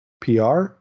pr